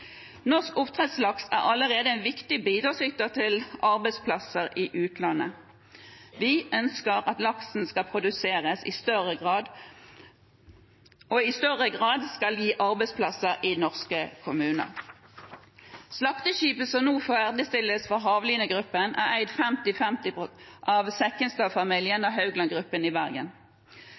Norsk oppdrettslaks er allerede en viktig bidragsyter til arbeidsplasser i utlandet. Vi ønsker at laksen som produseres, i større grad skal gi arbeidsplasser i norske kommuner. Slakteskipet som nå ferdigstilles for Hav Line Gruppen, er eid femti-femti av Sekkingstad-familien og Haugland Gruppen i Bergen.